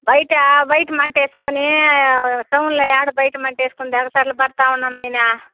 బయట బయట మంటేసుకోనీ టౌన్ల ఏడ బయట మంటేసుకొనేది అగసాట్ల పడుతావున్నా నాయినా